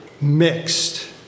mixed